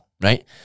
right